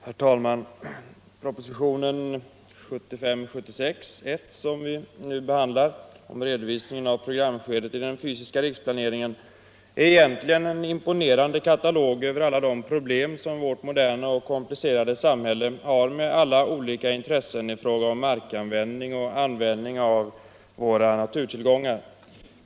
Herr talman! Propositionen 1975/76:1 med redovisning av programskedet i den fysiska riksplaneringen, som vi nu behandlar, är egentligen en imponerande katalog över alla de problem som vårt moderna och komplicerade samhälle har med alla olika intressen i fråga om markanvändning och användning av våra naturtillgångar.